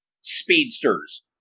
speedsters